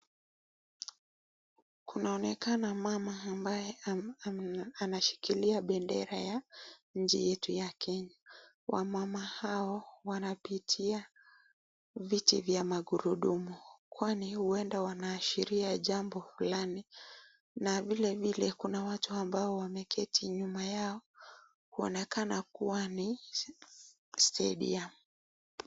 Kunaonekana mama ambaye anashikilia bendera ya nchi yetu ya Kenya. Wamama hao wanapitia viti vya magurudumu kwani huenda wanaashiria jambo fulani. Na vile vile kuna watu ambao wameketi nyuma yao kuonekana kuwa ni stadium .